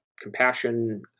compassion